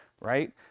Right